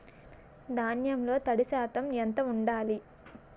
ధాన్యంలో తడి శాతం ఎంత ఉండాలి?